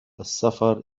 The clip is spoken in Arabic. السفر